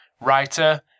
writer